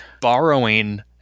borrowing